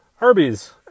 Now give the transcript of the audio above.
Arby's